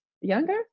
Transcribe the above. younger